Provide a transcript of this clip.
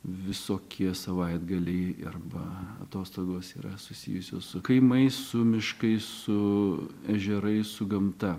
visokie savaitgaliai arba atostogos yra susijusios su kaimais su miškais su ežerais su gamta